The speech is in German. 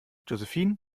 josephine